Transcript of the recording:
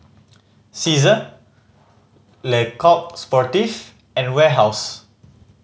Cesar Le Coq Sportif and Warehouse